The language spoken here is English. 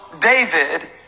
David